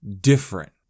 different